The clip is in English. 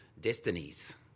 destinies